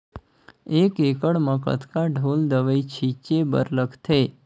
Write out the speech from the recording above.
एक एकड़ म कतका ढोल दवई छीचे बर लगथे?